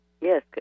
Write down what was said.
Yes